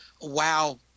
wow